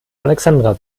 alexandra